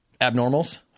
abnormals